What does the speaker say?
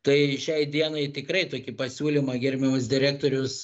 tai šiai dienai tikrai tokį pasiūlymą gerbiamas direktorius